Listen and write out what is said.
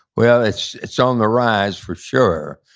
well, it's it's on the rise, for sure,